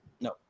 No